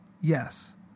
yes